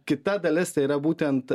kita dalis tai yra būtent